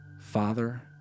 Father